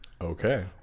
Okay